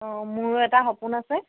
অ মোৰো এটা সপোন আছে